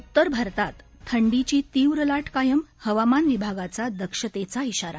उत्तर भारतात थंडीची तीव्र ला कायम हवामान विभागाचा दक्षतेचा इशारा